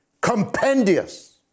compendious